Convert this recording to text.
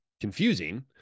confusing